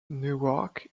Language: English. newark